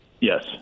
Yes